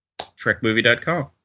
TrekMovie.com